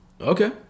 Okay